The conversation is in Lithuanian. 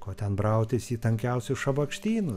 ko ten brautis į tankiausius šabakštynus